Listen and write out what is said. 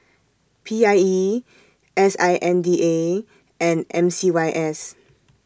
P I E S I N D A and M C Y S